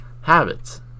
habits